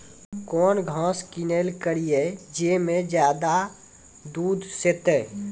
कौन घास किनैल करिए ज मे ज्यादा दूध सेते?